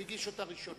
כי הוא הגיש אותה ראשון.